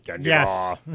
Yes